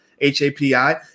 H-A-P-I